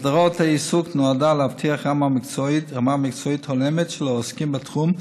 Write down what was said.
הסדרת העיסוק נועדה להבטיח רמה מקצועית הולמת של העוסקים בתחום,